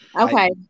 Okay